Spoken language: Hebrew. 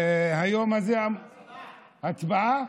היום הזה, הצבעה.